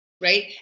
right